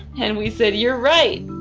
and we said, you're right